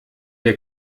der